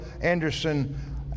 Anderson